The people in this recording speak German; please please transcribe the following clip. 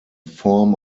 form